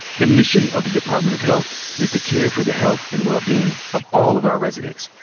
the mission of the department of health is to care for the health and wellbeing of all of our residents.